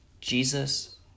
Jesus